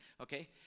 okay